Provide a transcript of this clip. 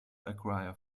acquire